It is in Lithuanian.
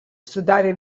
sudarė